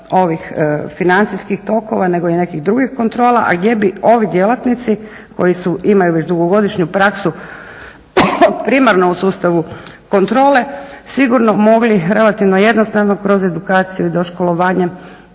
ovih financijskih tokova nego i nekih drugih kontrola, a gdje bi ovi djelatnici koji imaju dugogodišnju praksu primarno u sustavu kontrole sigurno mogli relativno jednostavno kroz edukaciju i doškolovanje